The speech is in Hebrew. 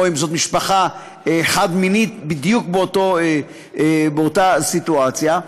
או אם זאת משפחה חד-מינית בדיוק באותה סיטואציה,